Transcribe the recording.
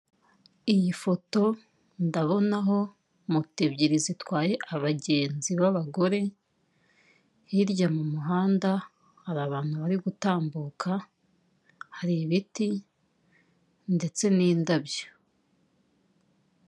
Iyi foto ndabonaho moto ebyiri zitwaye abagenzi babagore, hirya mu muhanda hari abantu bari gutambuka, hari ibiti ndetse n'indabyo.